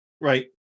right